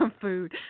food